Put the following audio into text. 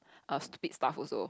a stupid stuff also